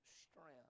strength